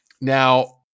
now